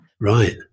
right